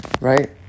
right